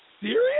serious